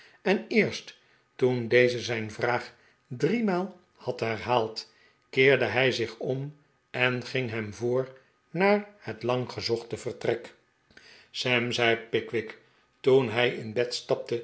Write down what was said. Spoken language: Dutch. en eerst toen deze zijn vraag driemaal had herhaald keerde hij zich om en ging hem voor naar het lang gezochte vertrek sam zei pickwick toen hij in bed stapte